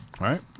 Right